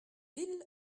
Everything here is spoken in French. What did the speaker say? ville